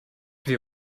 wir